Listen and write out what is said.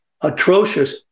atrocious